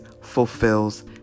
fulfills